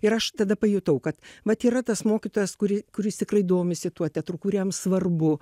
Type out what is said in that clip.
ir aš tada pajutau kad vat yra tas mokytojas kuri kuris tikrai domisi tuo teatru kuriam svarbu